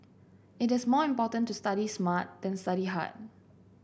it is more important to study smart than study hard